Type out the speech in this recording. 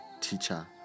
Teacher